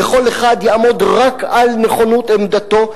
וכל אחד יעמוד רק על נכונות עמדתו,